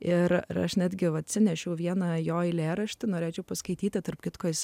ir aš netgi atsinešiau vieną jo eilėraštį norėčiau paskaityti tarp kitko jis